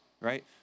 right